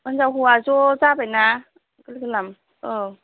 हिनजाव हौवा ज' जाबायना गोरलै गोरलाम औ